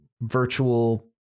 virtual